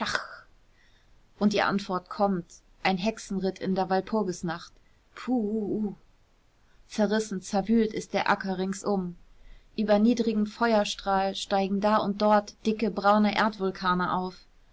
und die antwort kommt ein hexenritt in der walpurgisnacht puuhuh zerrissen zerwühlt ist der acker ringsum über niedrigem feuerstrahl steigen da und dort dicke braune erdvulkane auf